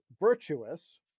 virtuous